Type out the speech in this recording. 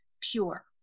pure